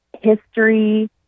history